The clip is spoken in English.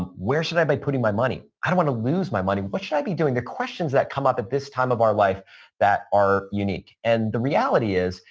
ah where should i be putting my money? i don't want to lose my money. what should i be doing? the questions that come up at this time of our life that are unique. and the reality is,